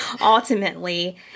ultimately